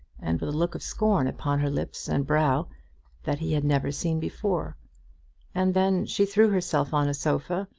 and with a look of scorn upon her lips and brow that he had never seen before and then she threw herself on a sofa,